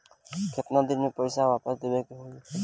केतना दिन में पैसा वापस देवे के होखी?